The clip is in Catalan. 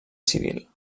civil